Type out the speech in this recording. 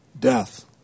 death